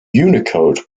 unicode